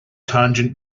tangent